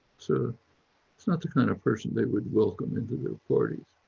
so it's not the kind of person they would welcome into their parties,